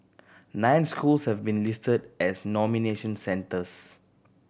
nine schools have been listed as nomination centres